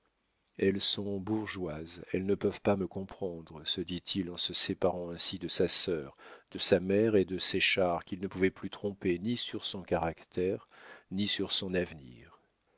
elles sont bourgeoises elles ne peuvent pas me comprendre se dit-il en se séparant ainsi de sa sœur de sa mère et de séchard qu'il ne pouvait plus tromper ni sur son caractère ni sur son avenir